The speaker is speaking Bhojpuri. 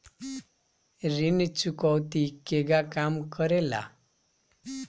ऋण चुकौती केगा काम करेले?